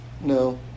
no